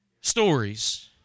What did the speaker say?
Stories